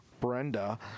Brenda